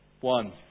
One